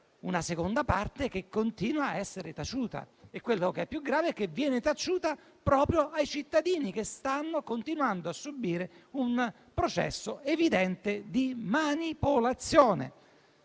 una seconda parte che continua a essere taciuta. E quello che è più grave è che viene taciuta proprio ai cittadini, che stanno continuando a subire un processo evidente di manipolazione.